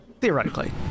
Theoretically